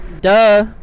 Duh